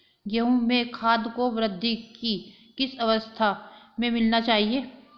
गेहूँ में खाद को वृद्धि की किस अवस्था में मिलाना चाहिए?